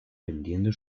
vendiendo